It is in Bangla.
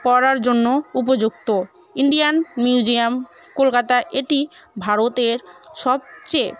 পড়ার জন্য উপযুক্ত ইন্ডিয়ান মিউজিয়াম কলকাতা এটি ভারতের সবচেয়ে